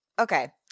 Okay